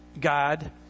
God